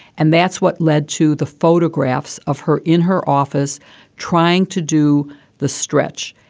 and that's what led to the photographs of her in her office trying to do the stretch.